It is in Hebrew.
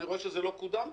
ואני רואה שזה לא קוּדם בכלל,